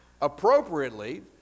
appropriately